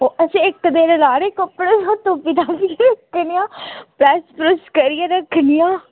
बस इक दिन लाने कपड़े तुप्पियै तापियै रक्खनेआं प्रैस प्रुस करियै रक्खनियां